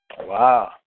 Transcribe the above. Wow